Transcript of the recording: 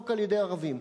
אי-אפשר לדבר בשני קולות.